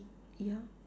ya